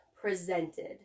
presented